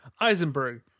Eisenberg